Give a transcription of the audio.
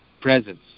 presence